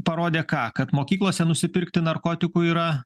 parodė ką kad mokyklose nusipirkti narkotikų yra